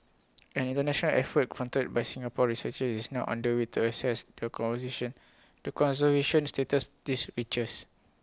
an International effort fronted by Singapore researchers is now under way to assess the conversation the conservation status these creatures